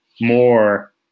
more